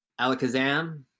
alakazam